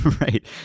Right